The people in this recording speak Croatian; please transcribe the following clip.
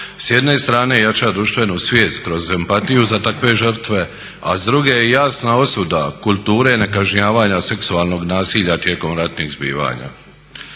s jedne strane jača društvenu svijest kroz empatiju za takve žrtve, a s druge je jasna osuda kulture nekažnjavanja seksualnog nasilja tijekom ratnih zbivanja.